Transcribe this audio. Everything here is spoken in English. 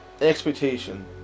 expectation